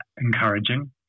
encouraging